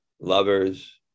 lovers